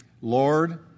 Lord